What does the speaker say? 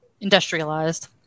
Industrialized